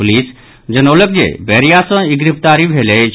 police जनौलक जे बैरिया सँ इ गिरफ्तारी भेल अछि